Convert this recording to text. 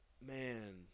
man